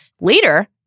Later